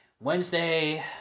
Wednesday